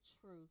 truth